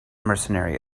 mercenary